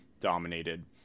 dominated